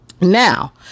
Now